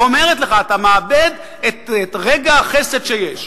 היא אומרת לך: אתה מאבד את רגע החסד שיש.